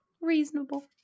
reasonable